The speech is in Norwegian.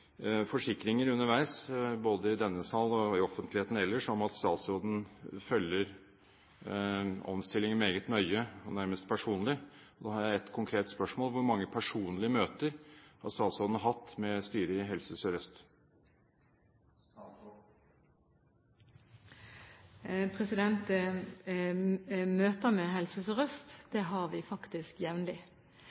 forsikringer underveis, både i denne sal og i offentligheten ellers, om at statsråden følger omstillingen meget nøye og nærmest personlig. Da har jeg ett konkret spørsmål: Hvor mange personlige møter har statsråden hatt med styret i Helse Sør-Øst? Møter med Helse Sør-Øst har vi faktisk jevnlig.